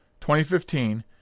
2015